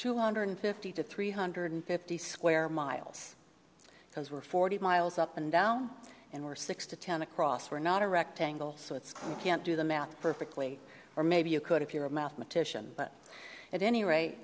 two hundred fifty to three hundred fifty square miles because we're forty miles up and down and we're six to ten across we're not a rectangle so it's can't do the math perfectly or maybe you could if you're a mathematician but at any rate